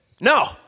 No